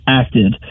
acted